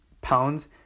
pounds